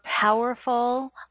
powerful